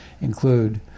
include